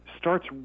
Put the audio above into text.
starts